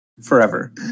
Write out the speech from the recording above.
Forever